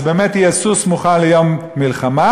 אז באמת יהיה סוס מוכן ליום מלחמה,